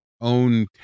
own